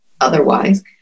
otherwise